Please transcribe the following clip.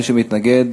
מי שמתנגד,